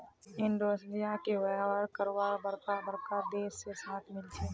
Indonesia क व्यापार करवार बरका बरका देश से साथ मिल छे